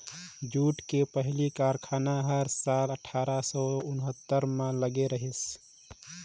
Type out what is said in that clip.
jute के पहिली कारखाना ह साल अठारा सौ उन्हत्तर म लगे रहिस